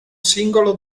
singolo